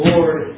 Lord